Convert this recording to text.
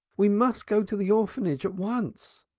we must go to the orphanage at once.